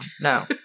No